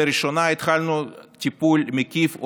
לראשונה התחלנו טיפול מקיף,